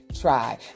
try